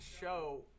show